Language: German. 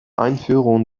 einführung